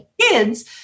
kids